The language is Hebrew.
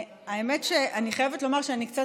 האמת היא שאני חייבת לומר שאני קצת